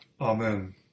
Amen